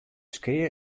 skea